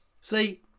See